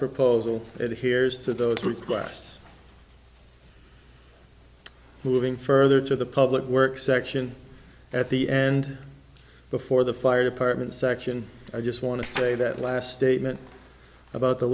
proposal it hears to those requests moving further to the public works section at the end before the fire department section i just want to say that last statement about the